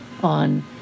on